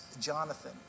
Jonathan